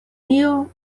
tio